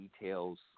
details